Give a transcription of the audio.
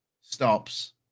stops